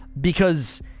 because-